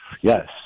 Yes